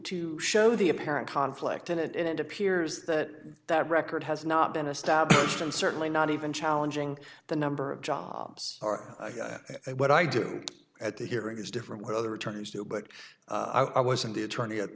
to show the apparent conflict in it it appears that that record has not been established and certainly not even challenging the number of jobs are what i do at the hearing is different what other attorneys do but i wasn't the attorney at